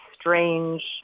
strange